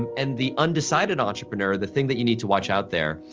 and the undecided entrepreneur, the thing that you need to watch out there,